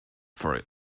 for